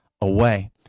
away